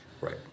Right